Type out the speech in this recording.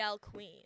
queen